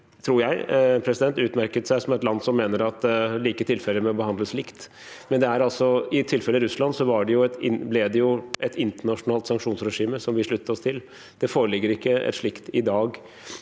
Norge har utmerket seg som et land som mener at like tilfeller bør behandles likt. Men i tilfellet Russland ble det jo et internasjonalt sanksjonsregime som vi sluttet oss til. Det foreligger ikke et slikt i dag